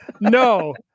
No